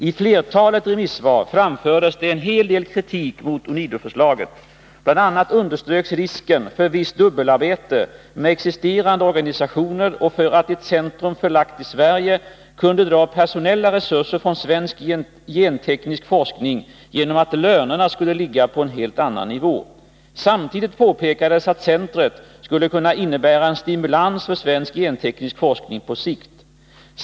I flertalet remissvar framfördes en hel del kritik mot UNIDO-förslaget. Bl. a. underströks risken för visst dubbelarbete med existerande organisationer och för att ett centrum förlagt till Sverige kunde dra personella resurser från svensk genteknisk forskning genom att lönerna skulle ligga på en helt annan nivå. Samtidigt påpekades att centret skulle kunna innebära en stimulans för svensk genteknisk forskning på sikt.